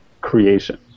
creation